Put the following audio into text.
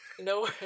no